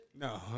No